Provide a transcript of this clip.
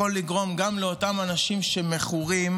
יכול לגרום גם לאותם אנשים שמכורים